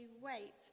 wait